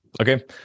Okay